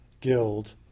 guild